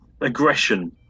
aggression